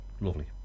lovely